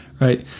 right